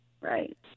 Right